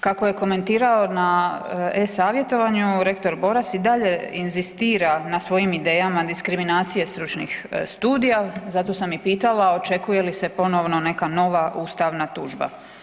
Kako je komentirao na e-Savjetovanju, rektor Boras i dalje inzistira na svojim idejama diskriminacije stručnih studija, zato sam i pitala očekuje li se ponovno neka nova ustavna tužba.